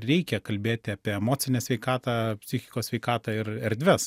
reikia kalbėti apie emocinę sveikatą psichikos sveikatą ir erdves